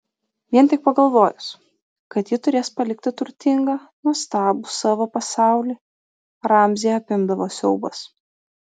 vien tik pagalvojus kad ji turės palikti turtingą nuostabų savo pasaulį ramzį apimdavo siaubas